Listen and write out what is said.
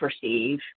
perceive